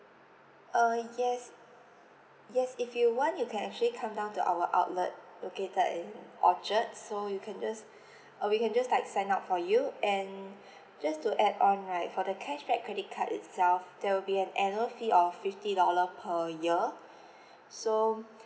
uh yes yes if you want you can actually come down to our outlet located in orchard so you can just or we can just like sign up for you and just to add on right for the cashback credit card itself there will be an annual fee of fifty dollar per year so